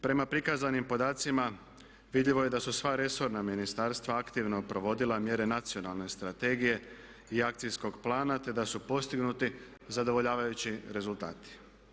Prema prikazanim podacima vidljivo je da su sva resorna ministarstva aktivno provodila mjere nacionalne strategije i akcijskog plana te da su postignuti zadovoljavajući rezultati.